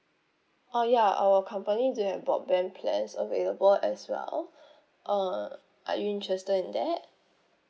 oh ya our company do have broadband plans available as well uh are you interested in that